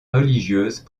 religieuses